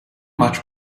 much